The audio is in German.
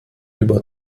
über